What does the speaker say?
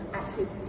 active